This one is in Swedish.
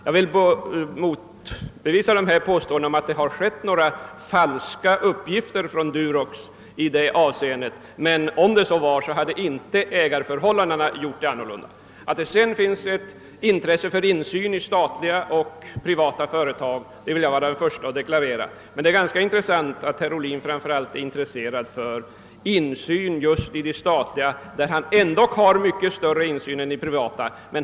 Jag vill tillbakavisa dessa påståenden, att det har förekommit falska uppgifter från Durox i detta avseende, men om sådana uppgifter skulle ha lämnats, hade inte ägarförhållandena förändrat den saken. Att det finns ett intresse för insyn i statliga och privata företag, vill jag vara den förste att deklarera, men det är ganska märkligt, att herr Ohlin framför allt är intresserad av insyn just i de statliga företagen, där han ändock har mycket större insyn än i privata företag.